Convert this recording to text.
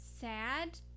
sad